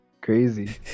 Crazy